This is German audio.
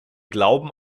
glauben